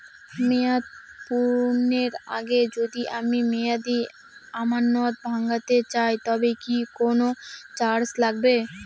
মেয়াদ পূর্ণের আগে যদি আমি মেয়াদি আমানত ভাঙাতে চাই তবে কি কোন চার্জ লাগবে?